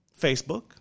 Facebook